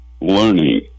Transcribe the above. learning